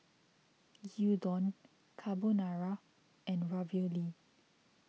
Gyudon Carbonara and Ravioli